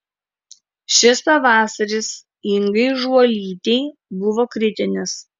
šis pavasaris ingai žuolytei buvo kritinis